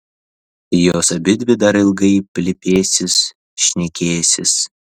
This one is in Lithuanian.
jos abidvi dar ilgai plepėsis šnekėsis